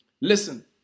Listen